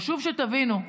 חשוב שתבינו: